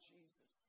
Jesus